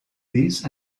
these